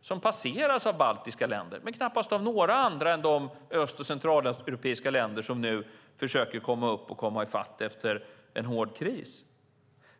som passeras av baltiska länder men knappast av några andra än de öst och centraleuropeiska länder som nu försöker komma upp och i fatt efter en hård kris.